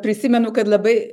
prisimenu kad labai